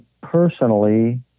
personally